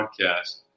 podcast